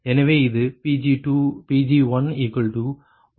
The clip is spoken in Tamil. எனவே இது Pg1133